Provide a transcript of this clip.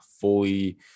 fully